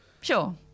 sure